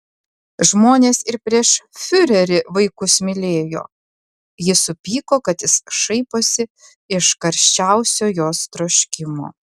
žmonės ir prieš fiurerį vaikus mylėjo ji supyko kad jis šaiposi iš karščiausio jos troškimo